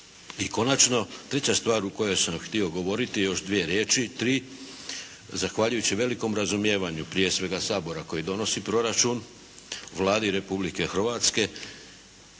I konačno, treća stvar o kojoj sam htio govoriti još dvije riječi, tri. Zahvaljujući velikom razumijevanju prije svega Sabora koji donosi proračun, Vladi Republike Hrvatske